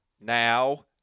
Now